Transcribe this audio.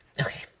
Okay